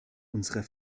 unserer